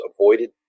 avoided